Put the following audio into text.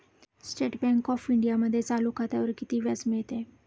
State bank of इंडियामध्ये चालू खात्यावर किती व्याज मिळते?